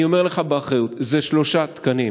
אני אומר לך באחריות: זה שלושה תקנים.